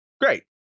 Great